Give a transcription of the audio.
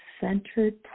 centered